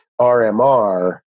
RMR